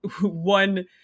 one